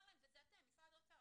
וזה אתם, משרד האוצר.